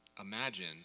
Imagine